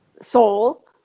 soul